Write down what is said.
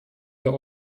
der